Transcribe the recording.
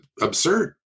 absurd